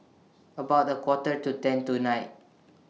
about A Quarter to ten tonight